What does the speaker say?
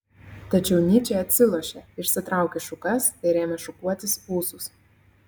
tačiau nyčė atsilošė išsitraukė šukas ir ėmė šukuotis ūsus